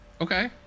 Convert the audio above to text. Okay